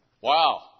Wow